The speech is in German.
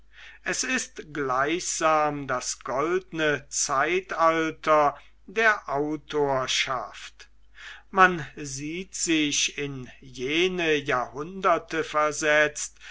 es ist gleichsam das goldne zeitalter der autorschaft man sieht sich in jene jahrhunderte versetzt